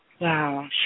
Wow